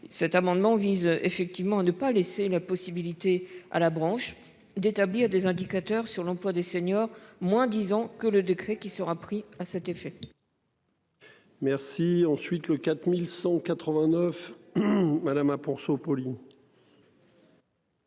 cet amendement vise effectivement à ne pas laisser la possibilité à la branche d'établir des indicateurs sur l'emploi des seniors moins disant que le décret qui sera pris à cet effet. Merci. Ensuite le 4189. Madame un ponceau.